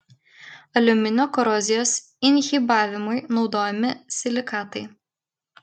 aliuminio korozijos inhibavimui naudojami silikatai